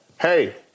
hey